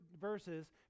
verses